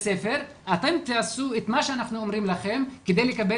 אתם תעשו את מה שאנחנו אומרים לכם כדי לקבל